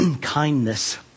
kindness